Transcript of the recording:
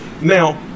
Now